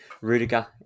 Rudiger